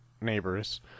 neighbors